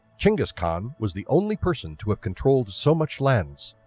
genghis khan was the only person to have controlled so much lands,